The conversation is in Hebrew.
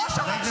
ראה,